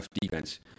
defense